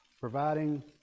providing